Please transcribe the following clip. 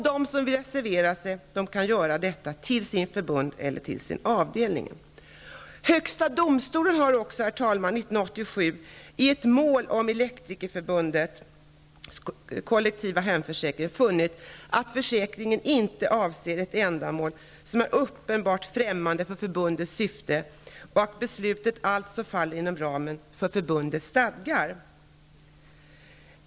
De som vill reservera sig kan göra detta till sitt förbund eller sin avdelning. Herr talman! Högsta domstolen har 1987 i ett mål rörande Elektrikerförbundets kollektiva hemförsäkring funnit att försäkringen inte avser ett ändamål som är uppenbart främmande för förbundets syfte och att beslutet alltså faller inom ramen för förbundets stadgar.